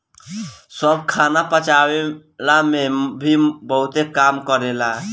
सौंफ खाना पचवला में भी बहुते काम करेला